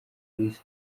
bise